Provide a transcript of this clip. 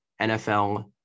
NFL